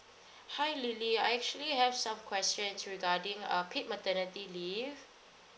hi lily I actually have some questions regarding uh paid maternity leave